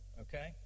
Okay